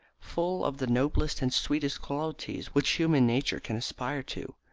full of the noblest and sweetest qualities which human nature can aspire to.